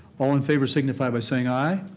all in favor, signify by saying aye.